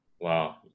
Wow